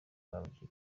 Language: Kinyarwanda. rwabugili